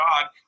God